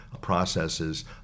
processes